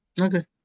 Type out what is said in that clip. Okay